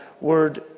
word